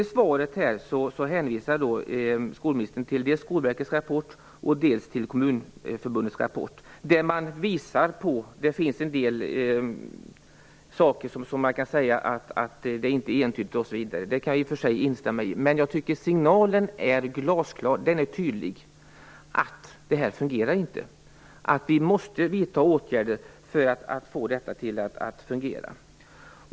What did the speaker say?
I svaret hänvisar skolministern dels till Skolverkets rapport, dels till Kommunförbundets rapport. Det finns en del saker där som man kan säga inte är entydiga, det kan jag hålla med om. Men signalen är glasklar och tydlig: att det inte fungerar, att vi måste vidta åtgärder för att få det att fungera.